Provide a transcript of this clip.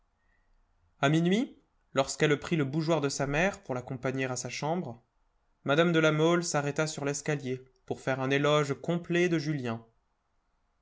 a minuit lorsqu'elle prit le bougeoir de sa mère pour l'accompagner à sa chambre mme de la mole s'arrêta sur l'escalier pour faire un éloge complet de julien